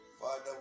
Father